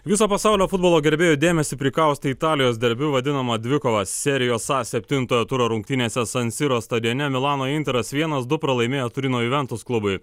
viso pasaulio futbolo gerbėjų dėmesį prikaustė italijos derbiu vadinama dvikova serijos septintojo turo rungtynėse sansiros stadione milano interas vienas du pralaimėjo turino juventus klubui